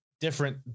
different